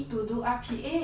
ya true